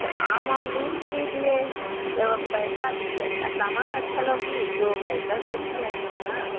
आम और नीम की लीजिए जो पैसा सामान अच्छा लोगी तो पैसा भी अच्छा लगेगा ना